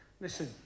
Listen